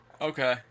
Okay